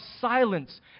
silence